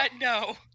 no